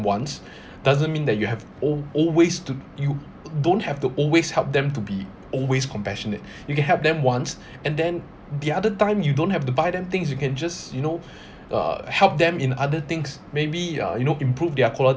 once doesn't mean that you have al~ always to you don't have to always help them to be always compassionate you can help them once and then the other time you don't have to buy them things you can just you know uh help them in other things maybe uh you know improve their quality